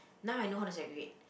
now I know how to segregate